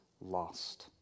lost